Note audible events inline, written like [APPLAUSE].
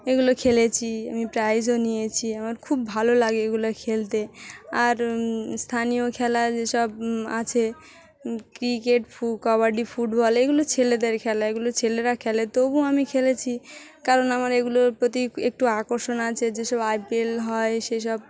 এগুলো খেলেছি আমি প্রাইজও নিয়েছি আমার খুব ভালো লাগে এগুলো খেলতে আর স্থানীয় খেলা যেসব আছে ক্রিকেট [UNINTELLIGIBLE] কাবাডি ফুটবল এগুলো ছেলেদের খেলা এগুলো ছেলেরা খেলে তবুও আমি খেলেছি কারণ আমার এগুলোর প্রতি একটু আকর্ষণ আছে যেসব আই পি এল হয় সেসব